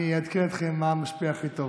אני אעדכן אתכם מה משפיע הכי טוב.